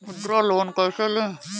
मुद्रा लोन कैसे ले?